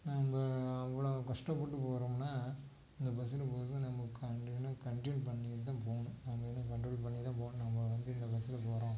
நம்ம அவ்வளவு கஷ்டப்பட்டு போகிறோம்னா இந்த பஸ்ஸில் போகிறதுக்கு நம்ம உட்காந்து ஏன்னால் கண்ட்ரோல் பண்ணிட்டு தான் போகணும் நம்ம இதை கண்ட்ரோல் பண்ணி தான் போகணும் நம்ம வந்து இந்த பஸ்ஸில் போகிறோம்